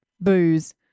booze